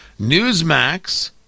Newsmax